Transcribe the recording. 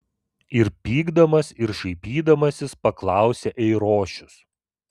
ir pykdamas ir šaipydamasis paklausė eirošius